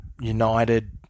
united